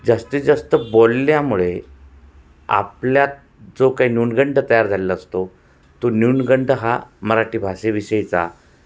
जास्तीत जास्त बोलल्यामुळे आपल्यात जो काही न्यूनगंड तयार झालेला असतो तो न्यूनगंड हा मराठी भाषेविषयीचा